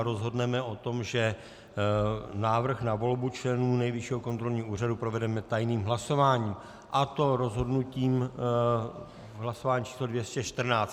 Rozhodneme o tom, že návrh na volbu členů Nejvyššího kontrolního úřadu provedeme tajným hlasováním, a to rozhodnutím v hlasování pořadové číslo 214.